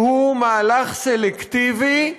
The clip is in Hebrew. שהוא מהלך סלקטיבי,